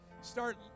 start